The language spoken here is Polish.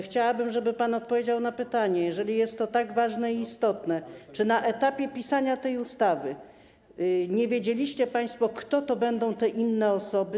Chciałabym, żeby pan odpowiedział na pytanie: Jeżeli jest to tak ważne i istotne, czy na etapie pisania tej ustawy nie wiedzieliście państwo, kto to będą te inne osoby?